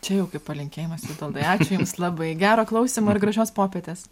čia jau kaip palinkėjimasvitoldai ačiū jums labai gero klausymo ir gražios popietės